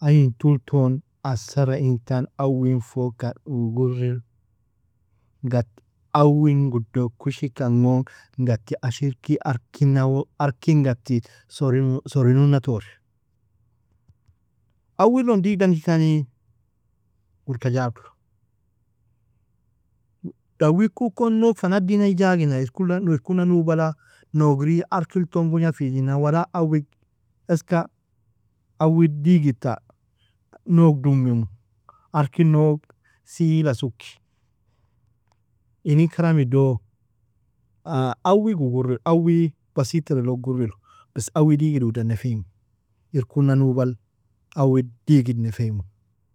aintulton asara intan awin fokan uu guriru gat awin gudok ushikan gon gati ashiriki arkin awi arkin gati sorin sorinuna tori, awinlon digdangikani gurka jagru, dawiku kon noug fa nadinai jagina, irkuna nubala nougri arkilton gugnafijina wala awi eska awi digita nog dumimu arkin noug siila suki, inin karamido awig uu guriru, awi basitiralug guriru, besi awi digid wadan nefeymu, irkuna nubal awi digid nefeymu.